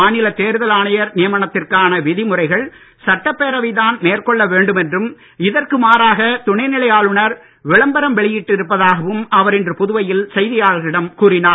மாநில தேர்தல் ஆணையர் நியமனத்திற்கான விதிமுறைகளை சட்டப் பேரவைதான் மேற்கொள்ள வேண்டும் என்றும் இதற்கு மாறாக துணைநிலை ஆளுநர் விளம்பரம் வெளியிட்டு இருப்பதாகவும் அவர் இன்று புதுவையில் செய்தியாளர்களிடம் கூறினார்